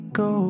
go